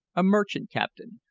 a merchant captain,